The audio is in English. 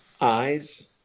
eyes